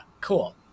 cool